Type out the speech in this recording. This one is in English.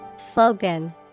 Slogan